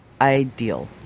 ideal